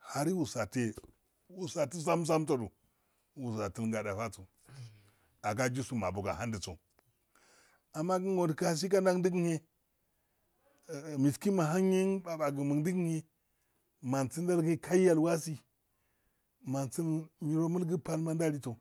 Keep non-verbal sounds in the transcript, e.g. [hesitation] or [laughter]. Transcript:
Hari usase usati sam sam sodu usatinga dafaso aga isoma aban aha diso amma kin ukasi ndudigihe [hesitation] miskin mahangyen papage ma kmundigihe mansindo ngi kaya ilwasi mansin nyiro mugi palma daliso